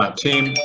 ah team,